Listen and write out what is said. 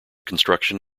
construction